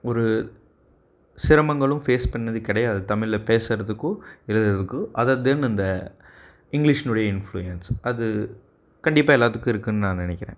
ஒரு சிரமங்களும் ஃபேஸ் பண்ணிணது கிடையாது தமிழில் பேசுகிறதுக்கு எழுதுகிறதுக்கு அதை தென் அந்த இங்கிலிஷ்ஷினுடைய இன்ஃப்ளூயன்ஸ் அது கண்டிப்பாக எல்லாத்துக்கு இருக்குதுனு நான் நினைக்குறேன்